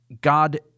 God